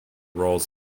roles